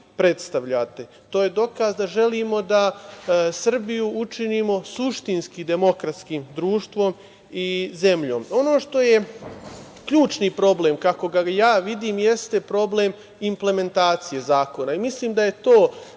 predstavljate. To je dokaz da želimo da Srbiju učinimo suštinski demokratskim društvom i zemljom. Ono što je ključni problem, kako ga ja vidim, jeste problem implementacije zakona. Mislim da je to